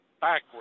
backwards